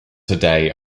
today